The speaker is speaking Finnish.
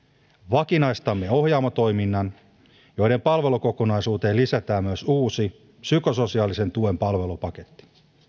vakinaistamme ohjaamo toiminnan ja palvelukokonaisuuteen lisätään myös uusi psykososiaalisen tuen palvelupaketti